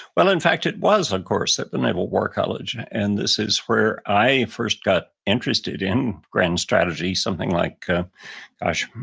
well in fact it was one course at the naval war college and this is where i first got interested in grand strategy, something, like ah gosh,